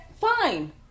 fine